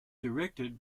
directed